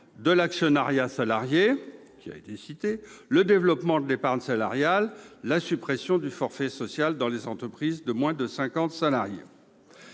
de l'actionnariat salarié, le développement de l'épargne salariale et la suppression du forfait social dans les entreprises de moins de cinquante salariés.